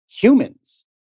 humans